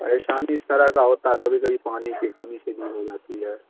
پریشانی اس طرح کا ہوتا ہے کبھی کبھی پانی کی کمی سے بھی ہو جاتی ہے